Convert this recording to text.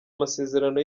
amasezerano